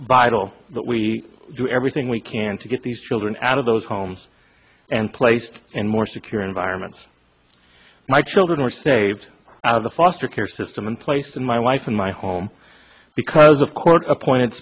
vital that we do everything we can to get these children out of those homes and placed in more secure environments my children were saved out of the foster care system in place in my life in my home because of court appointed